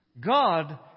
God